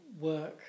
work